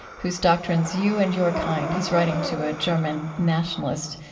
whose doctrines you and your kind, he's writing to a german nationalist,